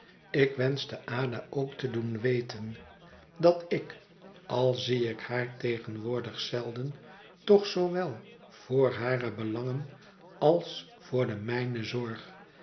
ik wenschte ada ook te doen weten dat ik al zie ik haar tegenwoordig zelden toch zoowel voor hare belangen als voor de mijne zorg